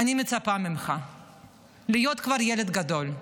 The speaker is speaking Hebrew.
אני מצפה ממך להיות כבר ילד גדול,